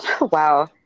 wow